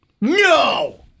No